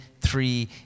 three